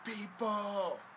people